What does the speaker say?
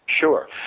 Sure